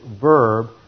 verb